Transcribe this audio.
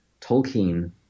Tolkien